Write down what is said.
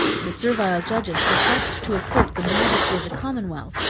the servile judges professed to assert the majesty of the commonwealth,